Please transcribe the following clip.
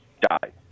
died